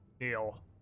kneel